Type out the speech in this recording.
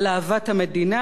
על מראה דמותה,